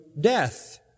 death